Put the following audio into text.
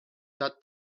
that